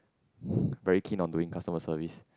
very keen on doing customer service